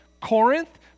Corinth